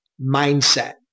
mindset